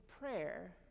prayer